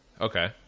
Okay